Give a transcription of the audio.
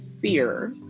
fear